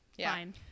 fine